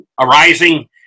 arising